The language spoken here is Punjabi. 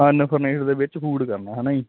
ਅਨ ਫਰਨਿਸ਼ਡ ਦੇ ਵਿੱਚ ਫੂਡ ਕਰਨਾ ਹਨਾ ਜੀ